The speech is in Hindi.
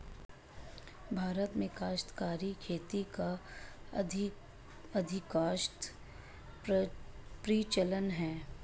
भारत में काश्तकारी खेती का अधिकांशतः प्रचलन है